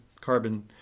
carbon